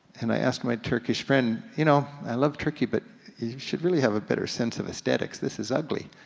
and i asked my turkish friend, you know, i love turkey but you should really have a better sense of aesthetics, this is ugly.